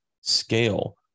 scale